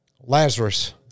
Lazarus